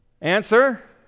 Answer